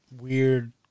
weird